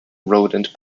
rodent